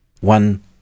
One